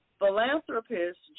Philanthropist